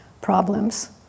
problems